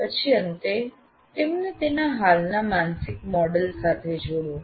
પછી અંતે તેમને તેના હાલના માનસિક મોડેલ સાથે જોડો